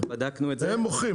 הם מוכרים,